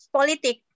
Politik